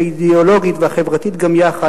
האידיאולוגית והחברתית גם יחד,